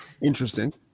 interesting